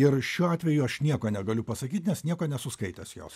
ir šiuo atveju aš nieko negaliu pasakyti nes nieko nesu skaitęs jos